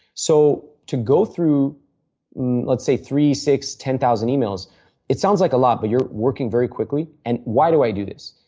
so, to go through let us say three, six, ten thousand emails it sounds like a lot but you are working very quickly. and why do i do this?